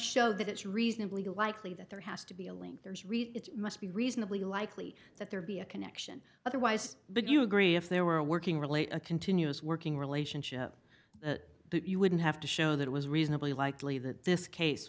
show that it's reasonably likely that there has to be a link there's really it must be reasonably likely that there be a connection otherwise but you agree if there were a working relate a continuous working relationship you wouldn't have to show that it was reasonably likely that this case